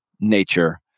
nature